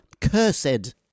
Cursed